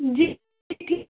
जी